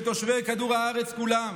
של תושבי כדור הארץ כולם